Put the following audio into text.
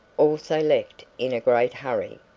also left in a great hurry.